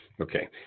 Okay